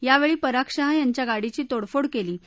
यावछी पराग शाह यांच्या गाडीची तोडफोड क्वी